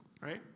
right